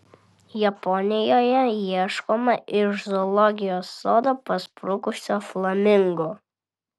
japonijoje ieškoma iš zoologijos sodo pasprukusio flamingo